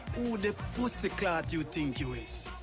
who the pussyclaat you think you is?